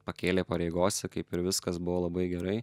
pakėlė pareigose kaip ir viskas buvo labai gerai